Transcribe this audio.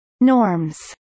Norms